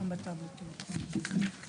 כן,